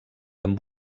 amb